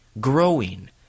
growing